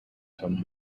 some